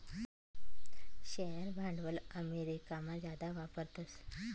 share भांडवल अमेरिकामा जादा वापरतस